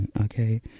Okay